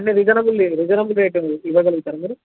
అన్నీ reasonable reasonable rate ఇవ్వగలుగుతారా మీరు